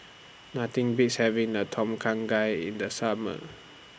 Nothing Beats having Na Tom Kha Gai in The Summer